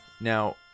now